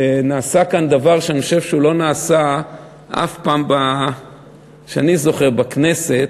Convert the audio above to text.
שנעשה כאן דבר שאני חושב שלא נעשה אף פעם שאני זוכר בכנסת.